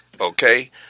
okay